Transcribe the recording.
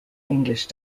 english